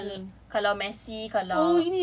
kalau kalau messy kalau